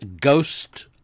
ghost